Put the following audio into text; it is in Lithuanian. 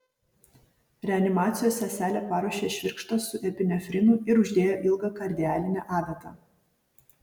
reanimacijos seselė paruošė švirkštą su epinefrinu ir uždėjo ilgą kardialinę adatą